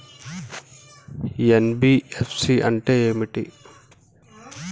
NBFC అంటే ఏమిటి?